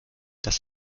dass